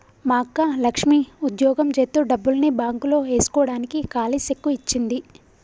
మా అక్క లక్ష్మి ఉద్యోగం జేత్తు డబ్బుల్ని బాంక్ లో ఏస్కోడానికి కాలీ సెక్కు ఇచ్చింది